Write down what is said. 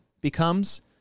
becomes